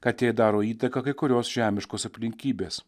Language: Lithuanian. kad jei daro įtaką kai kurios žemiškos aplinkybės